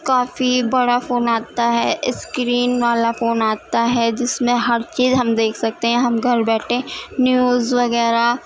کافی بڑا فون آتا ہے اسکرین والا فون آتا ہے جس میں ہر چیز ہم دیکھ سکتے ہیں ہم گھر بیٹھے نیوز وغیرہ